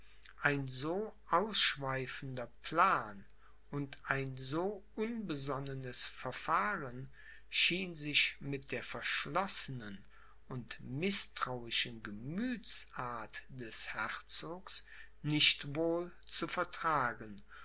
ein so ausschweifender plan und ein so unbesonnenes verfahren schien sich mit der verschlossenen und mißtrauischen gemüthsart des herzogs nicht wohl zu vertragen